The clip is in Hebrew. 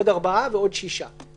עוד ארבעה ימים ועוד שישה ימים.